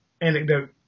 anecdote